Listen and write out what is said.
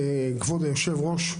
בגדול, כבוד היושב-ראש,